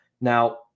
Now